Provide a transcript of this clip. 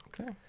Okay